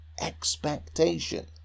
expectation